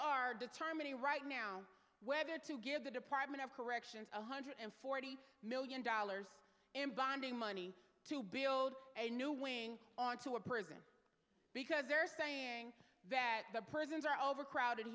are determining right now whether to give the department of corrections one hundred and forty million dollars in binding money to build a new wing onto a prison because they're saying that the prisons are overcrowded